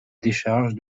décharge